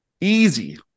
easy